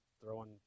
throwing